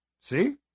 see